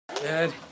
Dad